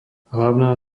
hlavná